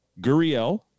Guriel